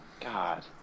God